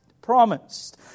promised